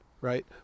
right